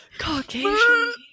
caucasian